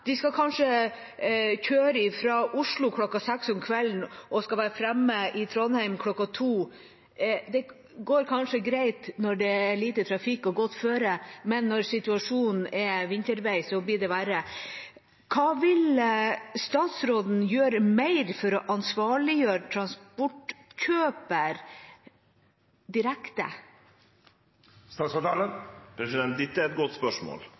De skal kanskje kjøre fra Oslo klokka seks om kvelden og skal være fremme i Trondheim klokka to. Det går kanskje greit når det er lite trafikk og godt føre, men når situasjonen er vintervei, blir det verre. Hva mer vil statsråden gjøre for å ansvarliggjøre transportkjøper direkte? Dette er eit godt spørsmål,